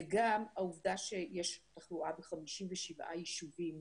וגם העובדה שיש תחלואה ב-57 יישובים,